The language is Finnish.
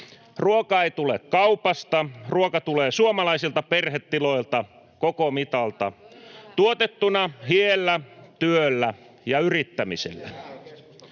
Ruoka ei tule kaupasta. Ruoka tulee suomalaisilta perhetiloilta, koko mitalta, tuotettuna hiellä, työllä ja yrittämisellä.